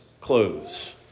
clothes